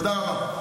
תודה רבה.